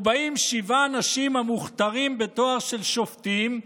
ובאים שבעה אנשים המוכתרים בתואר של שופטים,